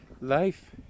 Life